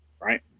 right